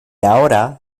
ahora